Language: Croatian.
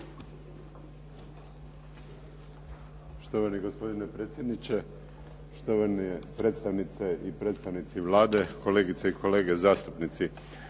Štovani gospodine predsjedniče, štovane predstavnice i predstavnici Vlade, kolegice i kolege zastupnici.